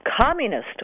communist